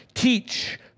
teach